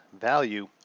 value